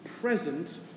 present